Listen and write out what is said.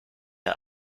ihr